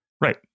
Right